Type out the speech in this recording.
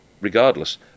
regardless